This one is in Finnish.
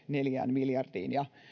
neljään miljardiin ja